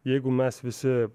jeigu mes visi